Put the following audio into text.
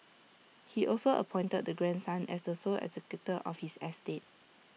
he also appointed the grandson as the sole executor of his estate